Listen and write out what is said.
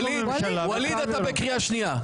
ווליד, אתה בקריאה שנייה.